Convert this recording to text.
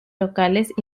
locales